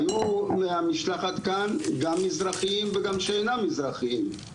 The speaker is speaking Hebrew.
היו מהמשלחת כאן גם מזרחיים וגם שאינם מזרחיים,